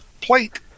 plate